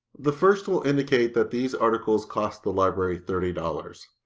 the first will indicate that these articles cost the library thirty dollars.